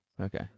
Okay